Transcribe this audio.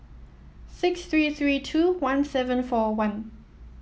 six three three two one seven four one